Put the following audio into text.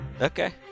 okay